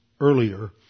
earlier